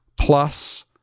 plus